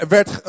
werd